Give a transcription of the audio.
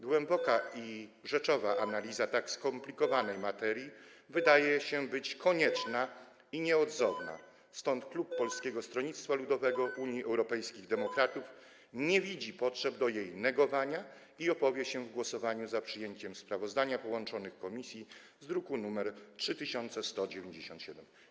Głęboka i rzeczowa analiza tak skomplikowanej materii wydaje się konieczna i nieodzowna, stąd klub Polskiego Stronnictwa Ludowego - Unii Europejskich Demokratów nie widzi potrzeby jej negowania i opowie się w głosowaniu za przyjęciem sprawozdania połączonych komisji z druku nr 3197.